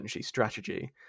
strategy